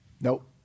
Nope